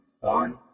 one